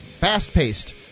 fast-paced